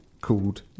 called